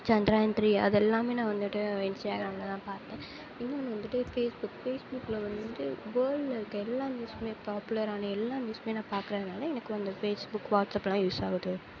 Chandrayaan three அது எல்லாம் நான் வந்துவிட்டு இன்ஸ்டாகிராமில் தான் பார்த்தேன் இன்னும் ஒன்று வந்துவிட்டு ஃபேஸ்புக் ஃபேஸ்புக்கில் வந்துவிட்டு வேர்ல்டில் இருக்க எல்லா நியூஸுமே பாப்புலரான எல்லா நியூஸுமே நான் பாக்கிறதுனால எனக்கு வந்து ஃபேஸ்புக் வாட்ஸ்ஆப்லாம் யூஸ் ஆகுது